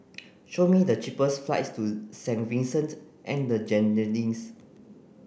show me the cheapest flights to Saint Vincent and the Grenadines